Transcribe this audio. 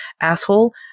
asshole